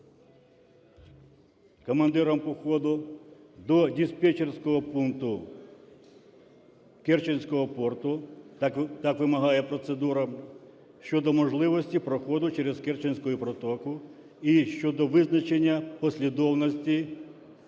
командиром походу до диспетчерського пункту Керченського порту, так вимагає процедура, щодо можливості проходу через Керченську протоку і щодо визначення послідовності